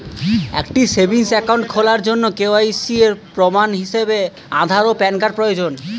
একটি savings account খোলার জন্য কে.ওয়াই.সি এর প্রমাণ হিসাবে আধার ও প্যান কার্ড প্রয়োজন